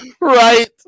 right